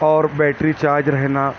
اور battery charge رہنا